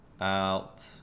out